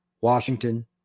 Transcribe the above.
Washington